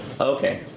Okay